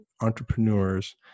entrepreneurs